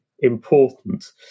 Important